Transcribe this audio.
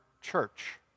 church